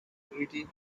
integrity